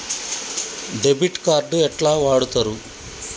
Debit card ఎట్లా వాడుతరు?